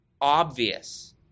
obvious